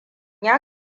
ya